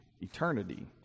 eternity